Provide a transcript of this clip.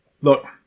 Look